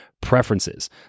preferences